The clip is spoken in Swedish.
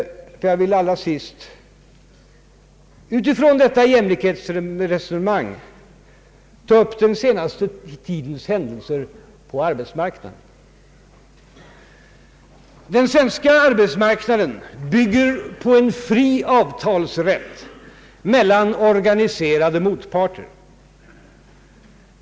Jag vill allra sist utifrån detta jämlikhetsresonemang ta upp den senaste tidens händelser på arbetsmarknaden. Den svenska arbetsmarknaden bygger på en fri avtalsrätt mellan organiserade parter.